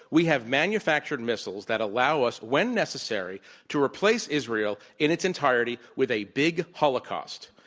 we have manufactured missiles that allow us when necessary to replace israel in its entirety with a big holocaust.